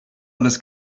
alles